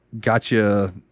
gotcha